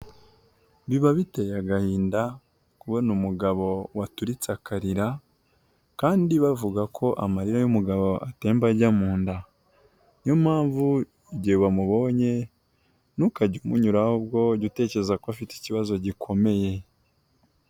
Biba biteye agahinda kubona umugabo waturitse akarira kandi bavuga ko amarira y'umugabo atemba ajya mu nda, niyo mpamvu igihe wamubonye, ntukajye umunyuraho ahubwo jya utekereza ko afite ikibazo gikomeye.